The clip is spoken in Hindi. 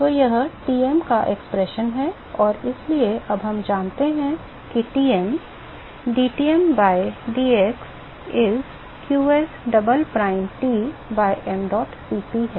तो यह Tm का व्यंजक है और इसलिए अब हम जानते हैं कि Tm dTm by dx is qs double prime T by mdot Cp है